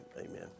amen